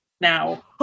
now